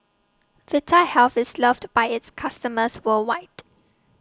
Vitahealth IS loved By its customers worldwide